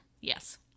yes